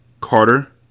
Carter